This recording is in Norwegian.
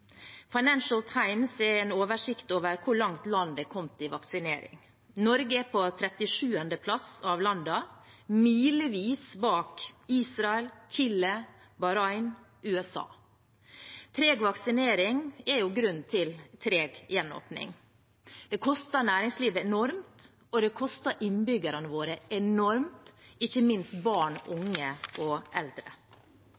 Financial Times har en oversikt over hvor langt land er kommet i vaksineringen. Norge er på 37. plass av landene – milevis bak Israel, Chile, Bahrain og USA. Treg vaksinering er jo grunnen til treg gjenåpning. Det koster næringslivet enormt, og det koster innbyggerne våre enormt, ikke minst barn,